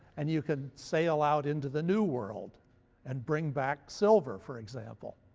and you can sail out into the new world and bring back silver, for example.